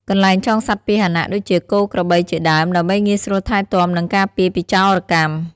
កន្លែងចងសត្វពាហនៈ ដូចជា គោ ក្របី ជាដើម ដើម្បីងាយស្រួលថែទាំ និងការពារពីចោរកម្ម ។